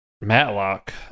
Matlock